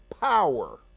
power